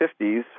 50s